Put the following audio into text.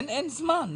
אין זמן.